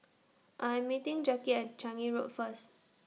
I'm meeting Jacki At Changi Road First